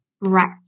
Right